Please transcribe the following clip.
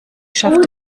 schafft